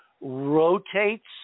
rotates